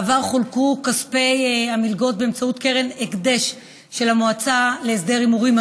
בעבר חולקו כספי המלגות באמצעות קרן הקדש של המועצה להסדר ההימורים,